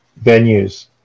venues